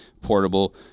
portable